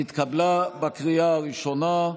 התקבלה בקריאה הראשונה.